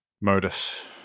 modus